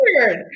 weird